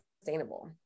sustainable